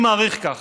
אני מעריך כך.